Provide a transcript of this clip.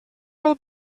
will